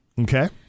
Okay